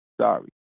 Sorry